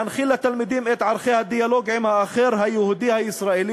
להנחיל לתלמידים את ערכי הדיאלוג עם האחר היהודי-הישראלי